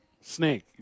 Snake